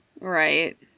Right